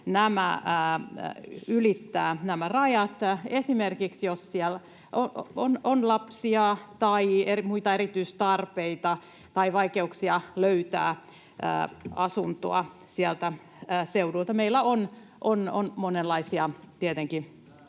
ylittää, esimerkiksi jos on lapsia tai muita erityistarpeita tai vaikeuksia löytää asuntoa sieltä seudulta. Meillä on monenlaisia tietenkin.